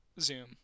Zoom